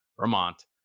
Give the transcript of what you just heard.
Vermont